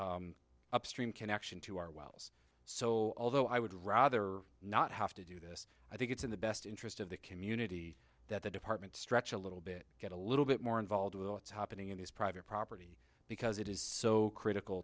s upstream connection to our wells so although i would rather not have to do this i think it's in the best interest of the community that the department stretch a little bit get a little bit more involved with what's happening in these private property because it is so critical